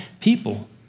people